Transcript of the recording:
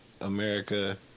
America